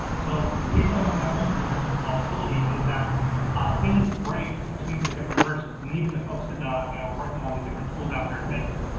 so the reason why we have multiple versions of volatility is that things break between the different versions and even the posted ah you know working on the different tools out there admit,